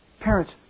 Parents